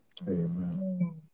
amen